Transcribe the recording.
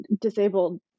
disabled